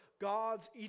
God's